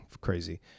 crazy